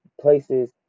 places